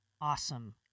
awesome